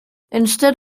instead